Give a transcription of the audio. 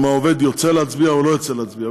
אם העובד יוצא להצביע או לא יוצא להצביע.